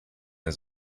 his